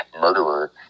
murderer